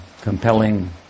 compelling